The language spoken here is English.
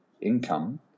income